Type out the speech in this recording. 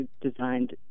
designed